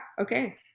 okay